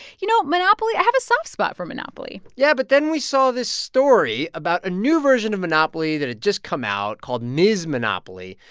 you know, monopoly i have a soft spot for monopoly yeah, but then we saw this story about a new version of monopoly that had just come out called ms. monopoly.